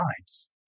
times